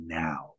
now